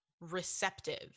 receptive